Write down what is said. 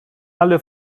alle